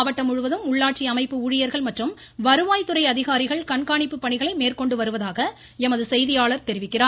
மாவட்டம் முழுவதும் உள்ளாட்சி அமைப்பு ஊழியர்கள் மற்றும் வருவாய்த்துறை அதிகாரிகள் கண்காணிப்புப் பணிகளை மேற்கொண்டு வருவதாக எமது செய்தியாளர் தெரிவிக்கிறார்